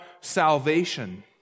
salvation